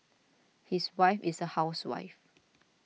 his wife is a housewife